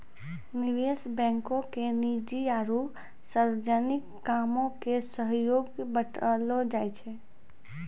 निवेश बैंको के निजी आरु सार्वजनिक कामो के सेहो बांटलो जाय छै